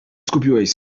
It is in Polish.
skupiłaś